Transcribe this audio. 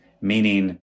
Meaning